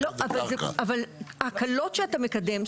אבל ההקלות שאתה מקדם,